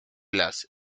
las